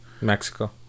Mexico